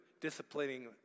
disciplining